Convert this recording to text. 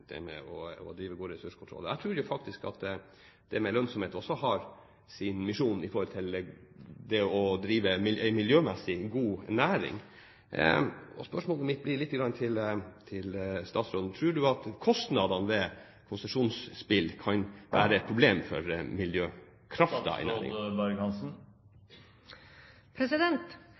tar med seg ut i verden – det med å drive god ressurskontroll. Jeg tror jo faktisk at lønnsomhet også har sin misjon når det gjelder å drive en miljømessig god næring. Spørsmålet mitt til statsråden er: Tror du at kostnadene ved konsesjonsspill kan være et problem for